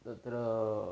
तत्र